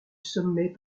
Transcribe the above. sommet